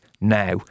now